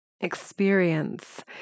Experience